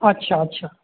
अच्छा अच्छा